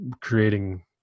creating